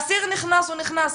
האסיר נכנס, הוא נכנס.